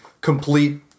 complete